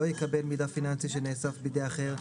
לא יקבל מידע פיננסי שנאסף בידי אחר,